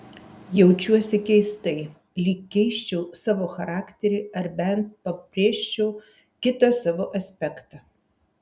jaučiuosi keistai lyg keisčiau savo charakterį ar bent pabrėžčiau kitą savo aspektą